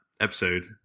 episode